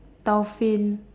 dolphin